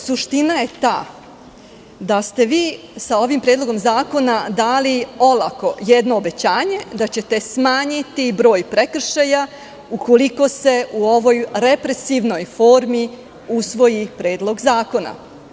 Suština je ta da ste vi sa ovim predlogom zakona dali olako jedno obećanje da ćete smanjiti broj prekršaja ukoliko se u ovoj represivnoj formi usvoji Predlog zakona.